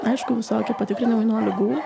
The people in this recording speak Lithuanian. aišku visokie patikrinimai nuo ligų